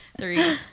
Three